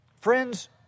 friends